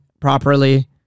properly